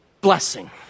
blessing